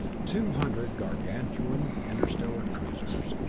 two hundred gargantuan interstellar cruisers.